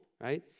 right